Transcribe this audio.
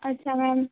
अच्छा मैम